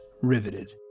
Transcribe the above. Riveted